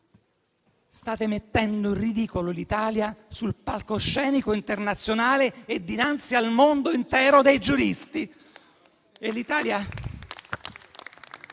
state mettendo in ridicolo l'Italia sul palcoscenico internazionale e dinanzi al mondo intero dei giuristi.